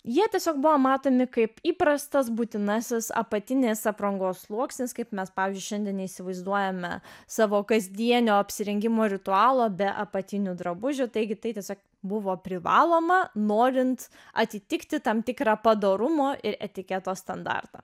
jie tiesiog buvo matomi kaip įprastas būtinasis apatinės aprangos sluoksnis kaip mes pavyzdžiui šiandien neįsivaizduojame savo kasdienio apsirengimo ritualo be apatinių drabužių taigi tai tiesiog buvo privaloma norint atitikti tam tikrą padorumo ir etiketo standartą